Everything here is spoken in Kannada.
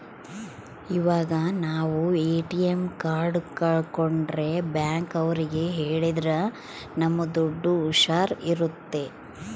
ಇವಾಗ ನಾವ್ ಎ.ಟಿ.ಎಂ ಕಾರ್ಡ್ ಕಲ್ಕೊಂಡ್ರೆ ಬ್ಯಾಂಕ್ ಅವ್ರಿಗೆ ಹೇಳಿದ್ರ ನಮ್ ದುಡ್ಡು ಹುಷಾರ್ ಇರುತ್ತೆ